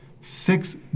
six